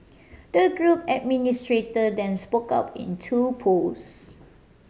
the group administrator then spoke up in two posts